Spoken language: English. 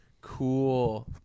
Cool